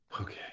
Okay